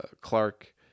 Clark